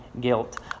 guilt